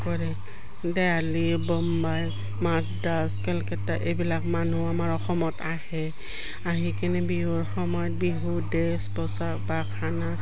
কৰে মাদ্ৰাজ কেলকাতা এইবিলাক মানুহ আমাৰ অসমত আহে আহি কিনে বিহুৰ সময়ত বিহু ড্ৰেছ পোচাক বা খানা